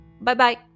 Bye-bye